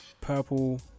purple